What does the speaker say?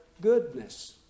goodness